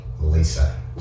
Lisa